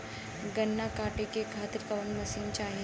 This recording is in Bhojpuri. गन्ना कांटेके खातीर कवन मशीन चाही?